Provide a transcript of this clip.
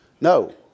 No